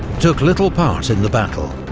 took little part in the battle,